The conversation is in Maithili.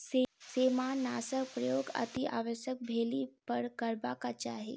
सेमारनाशकक प्रयोग अतिआवश्यक भेलहि पर करबाक चाही